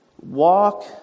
walk